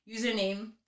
Username